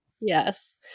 Yes